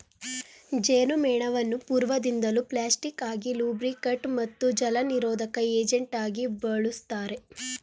ಜೇನುಮೇಣವನ್ನು ಪೂರ್ವದಿಂದಲೂ ಪ್ಲಾಸ್ಟಿಕ್ ಆಗಿ ಲೂಬ್ರಿಕಂಟ್ ಮತ್ತು ಜಲನಿರೋಧಕ ಏಜೆಂಟಾಗಿ ಬಳುಸ್ತಾರೆ